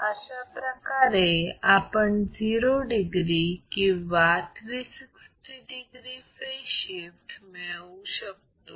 अशाप्रकारे आपण 0 degree किंवा 360 degree फेज शिफ्ट मिळवू शकतो